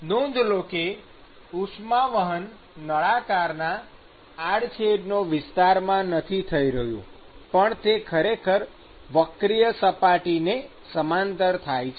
નોંધ લો કે ઉષ્મા વહન નળાકારના આડછેદનો વિસ્તારમાં નથી થઈ રહ્યું પણ તે ખરેખર વક્રીય સપાટીને સમાંતર થાય છે